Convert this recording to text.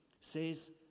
says